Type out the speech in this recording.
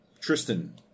Tristan